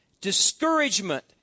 Discouragement